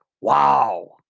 wow